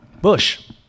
Bush